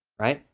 right,